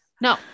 no